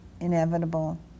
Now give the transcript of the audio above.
inevitable